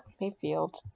Mayfield